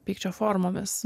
pykčio formomis